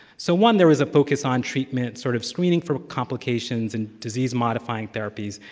so, one, there was a focus on treatment, sort of screening for complications and disease-modifying therapies,